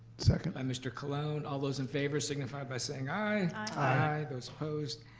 second. by mr. colon. all those in favor signify by saying i. i. those opposed?